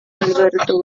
alberto